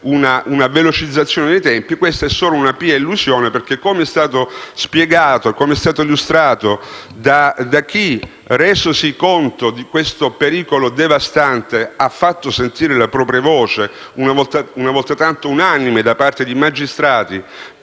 una velocizzazione dei tempi. È solo una pia illusione, come è stato spiegato e illustrato da chi, resosi conto di questo pericolo devastante, ha fatto sentire la propria voce, una volta tanto unanime: i magistrati